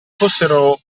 fossero